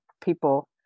people